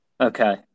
Okay